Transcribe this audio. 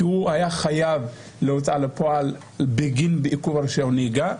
כי הוא היה חייב להוצאה לפועל בגין עיכוב רישיון הנהיגה.